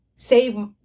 Save